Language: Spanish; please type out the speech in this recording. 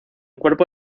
cuerpo